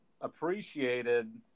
appreciated